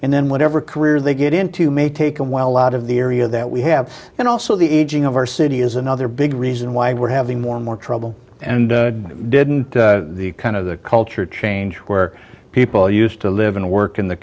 and then whatever career they get into may take a while a lot of the area that we have and also the aging of our city is another big reason why we're having more and more trouble and didn't the kind of the culture change where people used to live and work in the